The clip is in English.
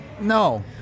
No